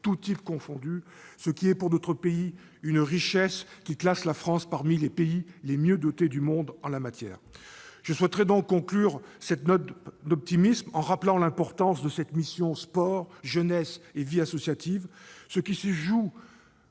tous types confondus, que compte notre pays. C'est une richesse, qui classe la France parmi les pays les mieux dotés du monde en la matière. Je souhaiterais conclure sur cette note d'optimisme, en rappelant l'importance de cette mission « Sport, jeunesse et vie associative ». Ce qui se joue